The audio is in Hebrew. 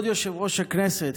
כבוד יושב-ראש הכנסת,